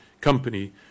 company